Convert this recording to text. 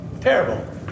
terrible